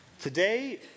Today